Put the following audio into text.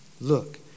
Look